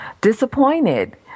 disappointed